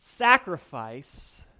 Sacrifice